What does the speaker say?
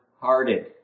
hearted